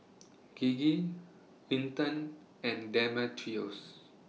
Gigi Winton and Demetrios